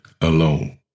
alone